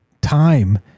time